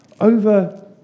Over